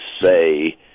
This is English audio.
say